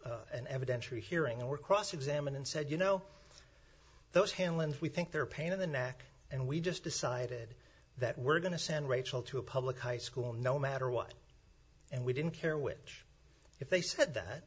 an evidentiary hearing and were cross examined and said you know those hanlon's we think they're a pain in the neck and we just decided that we're going to send rachel to a public high school no matter what and we didn't care which if they said that